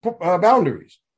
boundaries